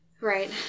Right